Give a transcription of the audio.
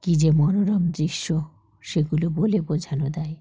কী যে মনোরম দৃশ্য সেগুলো বলে বোঝানো দায়